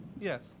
Yes